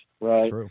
right